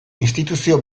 instituzio